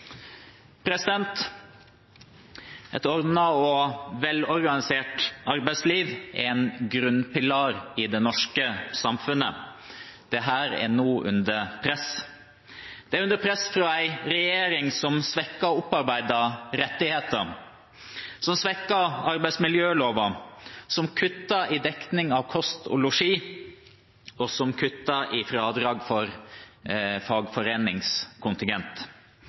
en grunnpilar i det norske samfunnet. Dette er nå under press. Det er under press fra en regjering som svekker opparbeidede rettigheter, som svekker arbeidsmiljøloven, som kutter i dekningen av kost og losji, og som kutter i fradrag for fagforeningskontingent.